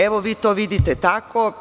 Evo, vi to vidite tako.